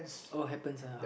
uh happens uh